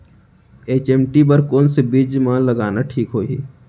HMT बर कौन से बीज मा लगाना ठीक होही?